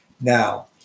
Now